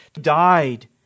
died